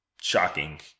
shocking